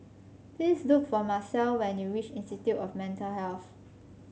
please look for Marcel when you reach Institute of Mental Health